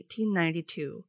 1892